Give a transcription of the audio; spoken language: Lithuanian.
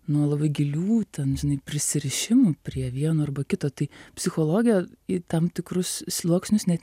nuo labai gilių ten žinai prisirišimų prie vieno arba kito tai psichologija į tam tikrus sluoksnius net